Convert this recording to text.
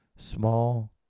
Small